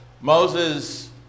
Moses